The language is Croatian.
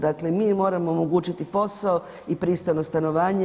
Dakle, mi moramo omogućiti posao i pristojno stanovanje.